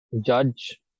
judge